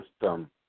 system